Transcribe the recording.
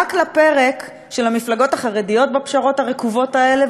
רק לפרק של המפלגות החרדיות בפשרות הרקובות האלה,